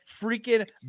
freaking